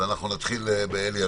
נתחיל באלי אבידר.